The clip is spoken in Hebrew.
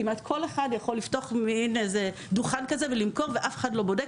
כמעט כל אחד יכול לפתוח מין דוכן כזה ולמכור ואף אחד לא בודק,